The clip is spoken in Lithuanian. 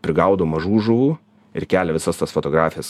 prigaudo mažų žuvų ir kelia visas tas fotografijas